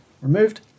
removed